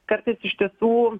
kartais iš tiesų